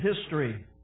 history